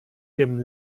dem